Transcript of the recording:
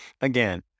again